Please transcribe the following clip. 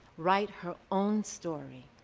write her own story.